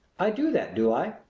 i do that do i?